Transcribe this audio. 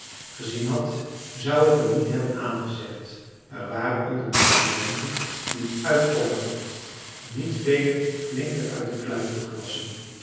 gezien had zou het hem niet hebben aangezegd er waren onder de studenten die uittrokken niet velen flinker uit de kluiten gewassen